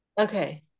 Okay